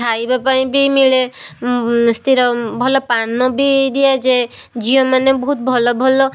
ଖାଇବା ପାଇଁ ବି ମିଳେ ସ୍ଥିର ଭଲ ପାନ ବି ଦିଆଯାଏ ଝିଅ ମାନେ ବହୁତ ଭଲ ଭଲ